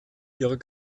ihrer